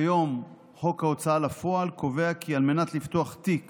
כיום חוק ההוצאה לפועל קובע כי על מנת לפתוח תיק